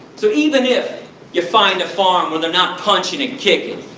so, even if you find a farm where they not punching and kicking,